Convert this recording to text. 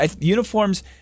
Uniforms